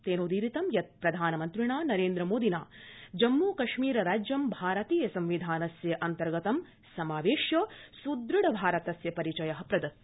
तेनोदीरितं यत् यप्रधानमन्त्रिणा नरेन्द्रमोदिना जम्मू कश्मीर राज्यं भारतीय संविधानस्य अन्तर्गतं समावेश्य सुदृढ भारतस्य परिचय प्रदत्त